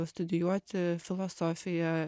studijuoti filosofiją